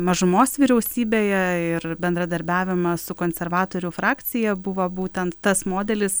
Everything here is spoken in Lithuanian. mažumos vyriausybėje ir bendradarbiavimas su konservatorių frakcija buvo būtent tas modelis